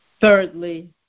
Thirdly